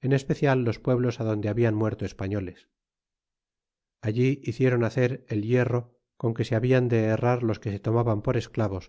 en especial los pueblos adonde habian muerto españoles y allí hicieron hacer e hierro con que se habian de herrar los que se tomaban por esclavos